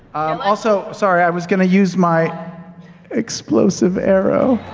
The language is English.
um also, sorry, i was going to use my explosive arrow.